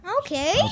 Okay